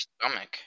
stomach